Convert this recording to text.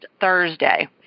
Thursday